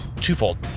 twofold